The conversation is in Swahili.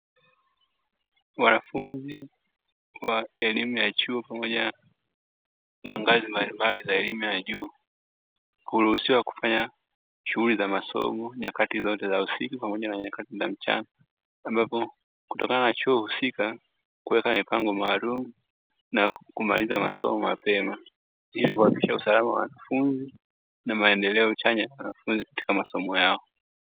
Mwanafunzi wa elimu ya chuo, pamoja na ngazi mbalimbali za elimu ya juu. Huruhusiwa kufanya shughuli za masomo nyakati zote za usiku pamoja na nyakati za mchana. Ambapo kutokana na chuo husika kuweka mipango maalumu na kumaliza masomo mapema, ili kuhakikisha usalama wa wanafunzi na maendeleo chanya ya wanafunzi katika masomo yao.